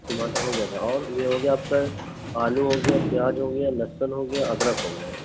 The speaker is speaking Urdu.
ٹماٹر ہو گیا تھا اور یہ ہو گیا آپ کے آلو ہو گیا پیاز ہو گیا لحسن ہو گیا ادرک ہو گیا